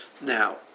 Now